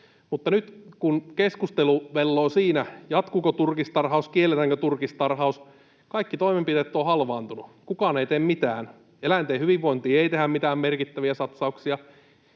Mutta nyt kun keskustelu velloo siinä, jatkuuko turkistarhaus vai kielletäänkö turkistarhaus, kaikki toimenpiteet ovat halvaantuneet ja kukaan ei tee mitään. Eläinten hyvinvointiin ei tehdä mitään merkittäviä satsauksia,